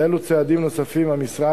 באילו צעדים נוספים המשרד,